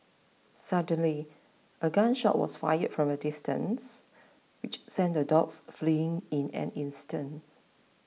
suddenly a gun shot was fired from a distance which sent the dogs fleeing in an instant